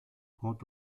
port